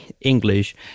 English